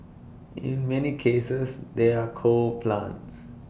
in many cases they're coal plants